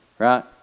Right